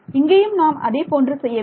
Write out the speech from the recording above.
இங்கேயும் நாம் அதேபோன்று செய்ய வேண்டும்